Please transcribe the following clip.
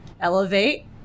elevate